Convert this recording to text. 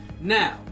now